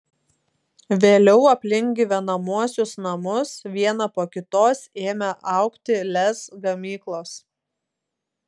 vėliau aplink gyvenamuosius namus viena po kitos ėmė augti lez gamyklos